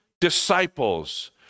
disciples